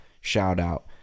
shout-out